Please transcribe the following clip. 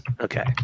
Okay